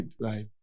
right